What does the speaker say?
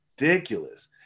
ridiculous